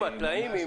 הטלאים,